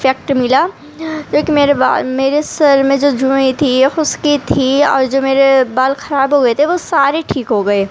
effect ملا لیکن میرے میرے سر میں جو جوئیں تھیں یا خشکی تھی اور جو میرے بال خراب ہو گئے تھے وہ سارے ٹھیک ہوگئے